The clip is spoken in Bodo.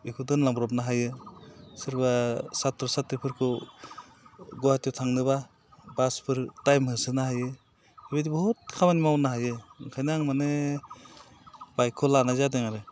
बेखौ दोनलांब्रबनो हायो सोरबा साथ्र' साथ्रिफोरखौ गुवाहाटियाव थांनोब्ला बासफोर टाइम होसोनो हायो बेबायदि बहुद खामानि मावनो हायो ओंखायनो आं माने बाइकखौ लानाय जादों आरो